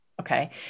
Okay